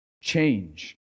change